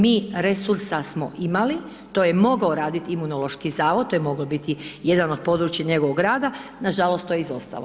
Mi resursa smo imali, to je mogao raditi Imunološki zavod, to je mogao biti jedan od područja njegovog rada, nažalost to je izostalo.